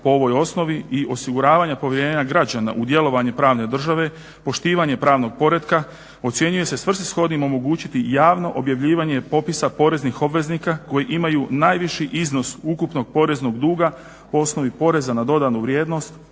po ovoj osnovi i osiguravanja povjerenja građana u djelovanje pravne države, poštivanje pravnog poretka ocjenjuje se svrsishodnim omogućiti javno objavljivanje popisa poreznih obveznika koji imaju najviši iznos ukupnog poreznog duga po osnovi poreza na dodanu vrijednost,